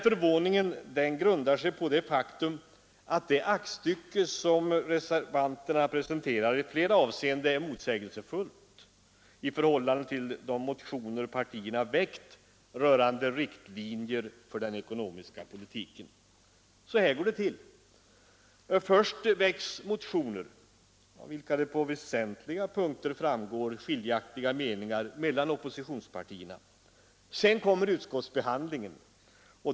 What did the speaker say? Förvåningen grundar sig på det faktum att det aktstycke som reservanterna presenterar i flera avseenden är motsägelsefullt i förhållande till de motioner partierna väckt rörande riktlinjer för den ekonomiska politiken. Så här går det till: Först väcks motioner, av vilka det på väsentliga punkter framgår att skiljaktiga meningar råder hos de olika oppositionspartierna. Sedan kommer utskottsbehandlingen.